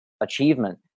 achievement